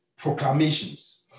proclamations